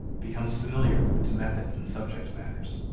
becomes familiar with its methods and subject matters,